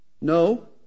No